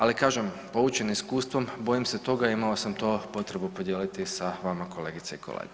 Ali kažem, poučeni iskustvom bojim se toga, imao sam to potrebu podijeliti sa vama kolegice i kolege.